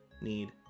need